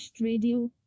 Radio